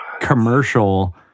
commercial